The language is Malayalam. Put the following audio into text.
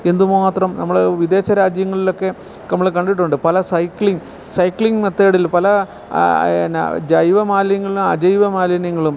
എന്തുമാത്രം നമ്മള് വിദേശരാജ്യങ്ങളിലൊക്കെ നമ്മള് കണ്ടിട്ടുണ്ട് പല സൈക്ലിങ്ങ് സൈക്ലിങ്ങ് മെത്തേഡിൽ പല എന്നാ ജൈവ മാലിന്യങ്ങളും അജൈവ മാലിന്യങ്ങളും